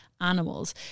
animals